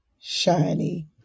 shiny